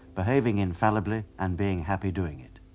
behaving infallibly, and being happy doing it.